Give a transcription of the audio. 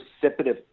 precipitous